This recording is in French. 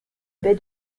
baie